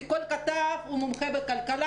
כי כל כתב הוא מומחה בכלכלה,